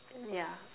yeah